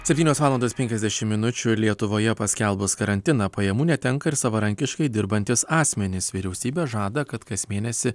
septynios valandos penkiasdešim minučių ir lietuvoje paskelbus karantiną pajamų netenka ir savarankiškai dirbantys asmenys vyriausybė žada kad kas mėnesį